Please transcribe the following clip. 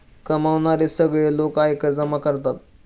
कमावणारे सगळे लोक आयकर जमा करतात